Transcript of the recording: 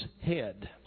head